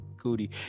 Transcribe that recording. cootie